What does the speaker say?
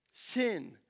Sin